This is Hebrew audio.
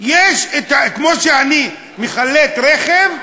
כמו שאני מחלט רכב,